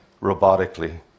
robotically